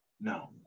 no